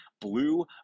blue